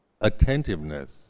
attentiveness